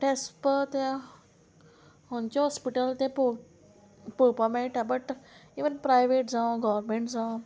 but as per there खंयचें hospital ते पो पोवपा मेळटा बट इवन प्रायवेट जावं गोवोरमेंट जावं